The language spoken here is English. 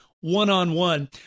one-on-one